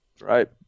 Right